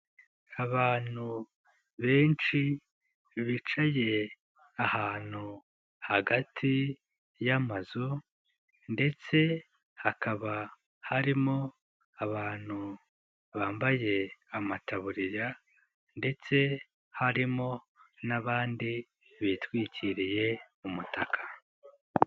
Abantu benshi bicaye ahantu hagati y'amazu ndetse hakaba harimo abantu bambaye amataburiya ndetse harimo n'abandi bitwikiriye umutaka.